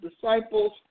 disciples